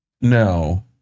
No